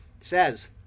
says